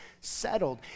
settled